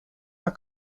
are